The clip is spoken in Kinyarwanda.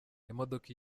imodoka